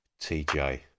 TJ